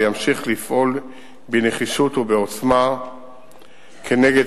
וימשיך לפעול בנחישות ובעוצמה כנגד